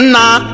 Nah